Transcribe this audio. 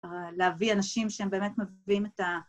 ‫להביא אנשים שהם באמת מביאים את ה...